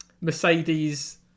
Mercedes